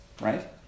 right